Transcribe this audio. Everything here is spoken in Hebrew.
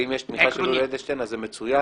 אם יש תמיכה של יולי אדלשטיין אז זה מצוין